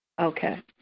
Okay